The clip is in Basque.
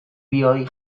bioi